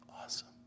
awesome